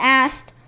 asked